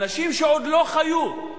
אנשים שעוד לא חיו,